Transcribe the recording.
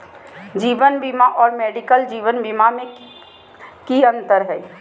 जीवन बीमा और मेडिकल जीवन बीमा में की अंतर है?